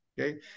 okay